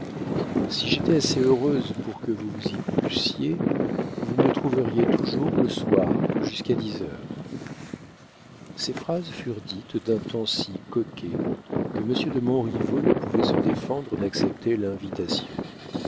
si j'étais assez heureuse pour que vous vous y plussiez vous me trouveriez toujours le soir jusqu'à dix heures ces phrases furent dites d'un ton si coquet que monsieur de montriveau ne pouvait se défendre d'accepter l'invitation